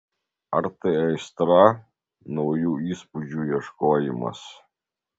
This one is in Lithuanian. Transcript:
ar tai aistra naujų įspūdžių ieškojimas